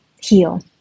heal